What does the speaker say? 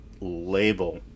label